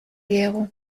diegu